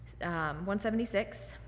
176